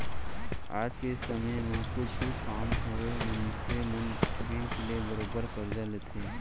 आज के समे म कुछु काम होवय मनसे मन बेंक ले बरोबर करजा लेथें